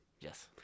Yes